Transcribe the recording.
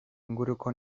inguruko